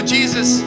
Jesus